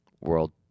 world